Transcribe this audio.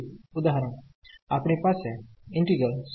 બીજું ઉદાહરણ આપણી પાસે છે